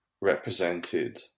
represented